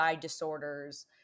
disorders